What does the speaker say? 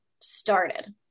started